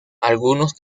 algunos